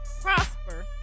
prosper